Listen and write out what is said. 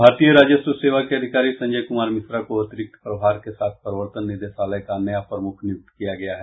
भारतीय राजस्व सेवा के अधिकारी संजय कुमार मिश्रा को अतिरिक्त प्रभार के साथ प्रवर्तन निदेशालय का नया प्रमुख नियुक्त किया गया है